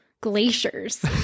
glaciers